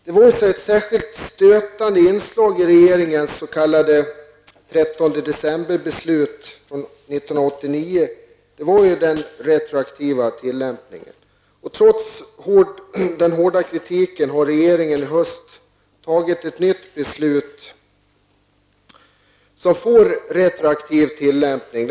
decemberbeslut från 1989 var den retroaktiva tillämpningen. Trots den hårda kritiken har regeringen i höst fattat ett nytt beslut som skall få retroaktiv tillämpning.